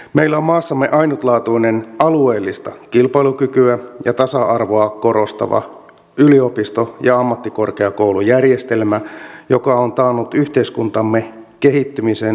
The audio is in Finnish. meillä on maassamme ainutlaatuinen alueellista kilpailukykyä ja tasa arvoa korostava yliopisto ja ammattikorkeakoulujärjestelmä joka on taannut yhteiskuntamme kehittymisen kaikkialla suomessa